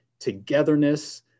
togetherness